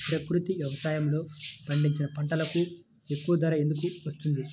ప్రకృతి వ్యవసాయములో పండించిన పంటలకు ఎక్కువ ధర ఎందుకు వస్తుంది?